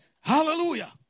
Hallelujah